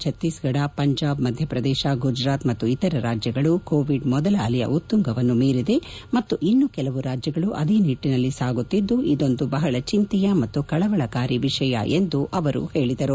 ಛತ್ತೀಸ್ಗಢ್ ಪಂಜಾಬ್ ಮಧ್ಯಪ್ರದೇಶ ಗುಜರಾತ್ ಮತ್ತು ಇತರ ರಾಜ್ಯಗಳು ಕೋವಿಡ್ ಮೊದಲ ಅಲೆಯ ಉತ್ತುಂಗವನ್ನು ಮೀರಿದೆ ಮತ್ತು ಇನ್ನು ಕೆಲವು ರಾಜ್ಜಗಳು ಅದೇ ನಿಟ್ಟನಲ್ಲಿ ಸಾಗುತ್ತಿದ್ದು ಇದೊಂದು ಬಹಳ ಚಿಂತೆಯ ಮತ್ತು ಕಳವಳಕಾರಿ ವಿಷಯ ಎಂದು ಅವರು ಹೇಳಿದರು